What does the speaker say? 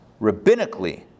rabbinically